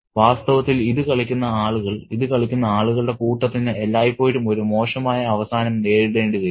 വാസ്തവത്തിൽ ഇത് കളിക്കുന്ന ആളുകൾ ഇത് കളിക്കുന്ന ആളുകളുടെ കൂട്ടത്തിന് എല്ലായ്പ്പോഴും ഒരു മോശമായ അവസാനം നേരിടേണ്ടിവരും